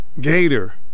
gator